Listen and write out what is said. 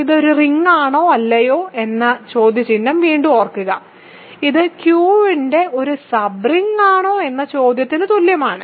ഇത് ഒരു റിങ്ങാണോ അല്ലയോ എന്ന ചോദ്യചിഹ്നം വീണ്ടും ഓർക്കുക ഇത് Q യുടെ ഒരു സബ് റിങ്ങാണോ എന്ന ചോദ്യത്തിന് തുല്യമാണ്